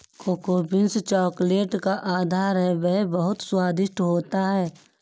cocoa beans chocolate का आधार है वह बहुत स्वादिष्ट होता है